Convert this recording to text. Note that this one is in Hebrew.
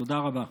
תודה רבה.